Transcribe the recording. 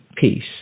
peace